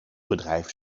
bedrijf